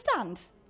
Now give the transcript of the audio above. understand